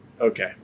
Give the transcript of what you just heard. Okay